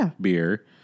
beer